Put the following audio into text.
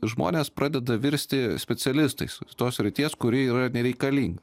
žmonės pradeda virsti specialistais tos srities kuri yra nereikalinga